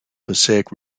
passaic